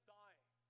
dying